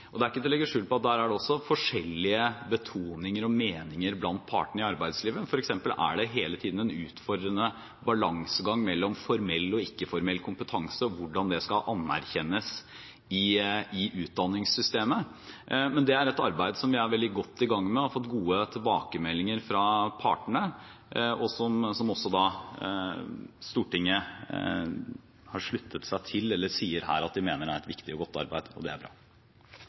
strategi. Det er ikke til å legge skjul på at det også der er forskjellige betoninger og meninger blant partene i arbeidslivet. Det er hele tiden en utfordrende balansegang mellom formell og ikke-formell kompetanse og hvordan den skal anerkjennes i utdanningssystemet. Men det er et arbeid vi er veldig godt i gang med, som vi har fått gode tilbakemeldinger fra partene på, og som også Stortinget her sier at er et viktig og godt arbeid. Det er bra.